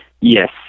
Yes